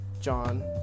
John